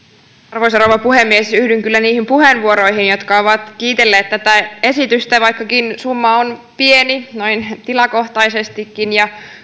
arvoisa rouva puhemies yhdyn kyllä niihin puheenvuoroihin jotka ovat kiitelleet tätä esitystä vaikkakin summa on pieni noin tilakohtaisestikin ja